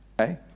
Okay